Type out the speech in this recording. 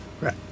Right